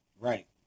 Right